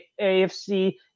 AFC